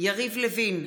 יריב לוין,